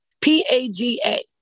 P-A-G-A